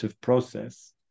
process